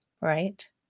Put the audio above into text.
right